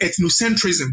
ethnocentrism